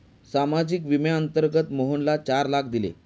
सामाजिक विम्याअंतर्गत मोहनला चार लाख दिले